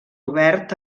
obert